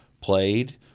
played